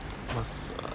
must err